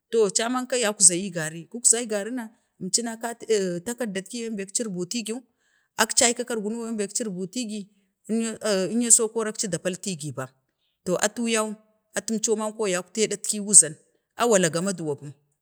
to caman ka yakzayi ee gari, kuk zawil gari, na əmci na cati ee, takaddatki bembe əkeir butigi, əkcaiku kargun bembe alir butigi enya, enya so oh akci da paltigi bam, to atu yan əmco manko yaktee ɗatki wuzan, galaga a maduwa pum,